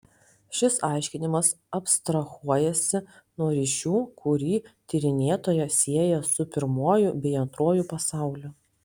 šis aiškinimas abstrahuojasi nuo ryšių kurį tyrinėtoją sieja su pirmuoju bei antruoju pasauliu